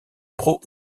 pro